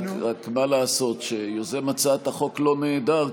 רק מה לעשות שיוזם הצעת החוק לא נעדר,